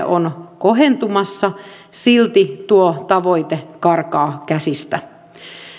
on kohentumassa silti tuo tavoite karkaa käsistä